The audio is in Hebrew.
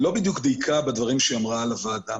לא בדיוק דייקה בדברים שהיא אמרה לוועדה.